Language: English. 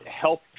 help